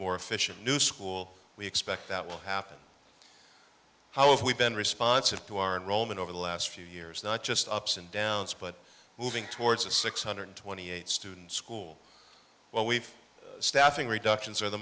more efficient new school we expect that will happen how if we've been responsive to our own rollman over the last few years not just ups and downs but moving towards a six hundred twenty eight students school what we've staffing reductions are the